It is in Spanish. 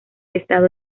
estado